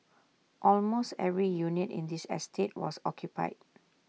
almost every unit in this estate was occupied